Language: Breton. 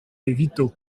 evito